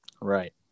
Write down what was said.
Right